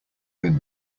wind